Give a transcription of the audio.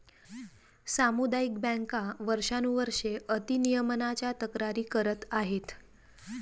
सामुदायिक बँका वर्षानुवर्षे अति नियमनाच्या तक्रारी करत आहेत